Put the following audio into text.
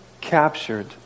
captured